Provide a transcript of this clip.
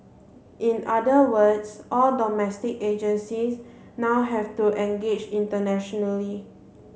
in other words all domestic agencies now have to engage internationally